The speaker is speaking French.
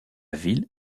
ville